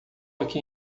aqui